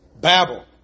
Babel